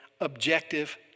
objective